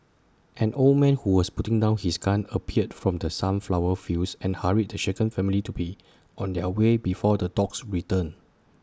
an old man who was putting down his gun appeared from the sunflower fields and hurried the shaken family to be on their way before the dogs return